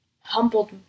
humbled